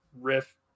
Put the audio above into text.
riff